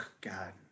god